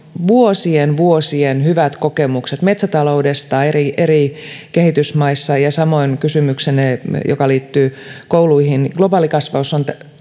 vuosien vuosien hyvät kokemukset metsätaloudesta eri eri kehitysmaissa samoin kysymyksenne joka liittyi kouluihin globaalikasvatus on